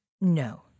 no